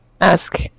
ask